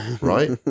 right